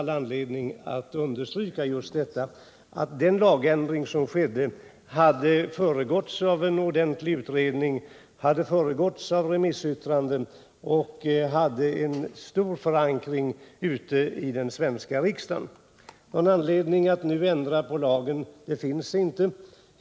Lagändringen hade föregåtts av en grundlig utredning, som också var remissbehandlad, och beslutet hade alltså en stark förankring i den svenska riksdagen. Någon anledning att nu ändra lagen i något avseende finns inte.